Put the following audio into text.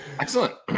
excellent